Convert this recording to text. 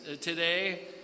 today